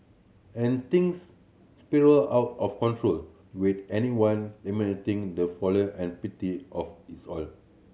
and things spiral out of control with anyone lamenting the folly and pity of it's all